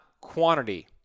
quantity